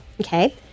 okay